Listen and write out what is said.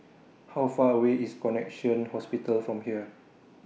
How Far away IS Connexion Hospital from here